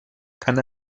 kann